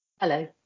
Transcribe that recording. Hello